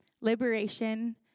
liberation